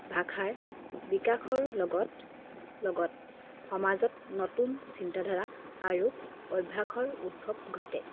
ভাষাৰ বিকাশৰ লগত লগত সমাজত নতুন চিন্তাধাৰা আৰু অভ্যাসৰ উদ্ভৱ ঘটে